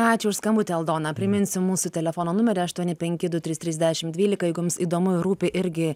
ačiū už skambutį aldona priminsiu mūsų telefono numerį aštuoni penki du trys trys dešimt dvylika jeigu jums įdomu ir rūpi irgi